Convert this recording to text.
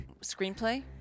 screenplay